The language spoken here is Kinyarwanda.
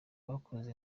bakoze